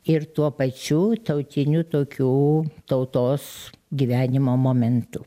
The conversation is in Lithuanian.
ir tuo pačiu tautiniu tokiu tautos gyvenimo momentu